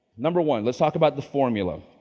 number one, let's talk about the formula.